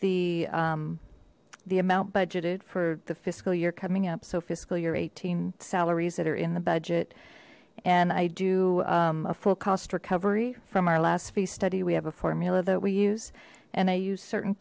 the the amount budgeted for the fiscal year coming up so fiscal year eighteen salaries that are in the budget and i do a full cost recovery from our last fees study we have a formula that we use and i use certain